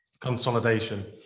Consolidation